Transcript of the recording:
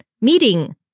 meeting